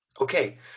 Okay